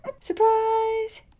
Surprise